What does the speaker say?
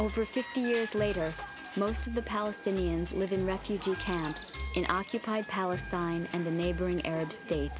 over fifty years later most of the palestinians live in refugee camps in occupied palestine and the neighboring arab states